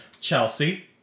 Chelsea